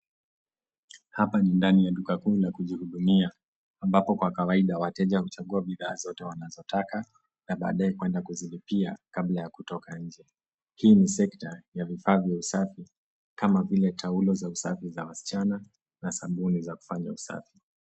Hapa ndani ya duka la kujihudumia ambapo kwa kawaida wateja huchagua bidhaa zote wanazotaka na baadaye kuenda kuzilipia kabla ya kutoka nje. Hii ni sekta ya vifaa vya usafi kama vile taulo za usafi za wasichana na sabuni za kufanya usafi.